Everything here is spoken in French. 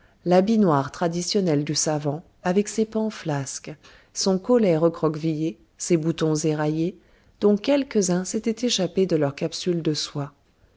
l'habit noir traditionnel du savant avec ses pans flasques son collet recroquevillé ses boutons éraillés dont quelques-uns s'étaient échappés de leur capsule de soie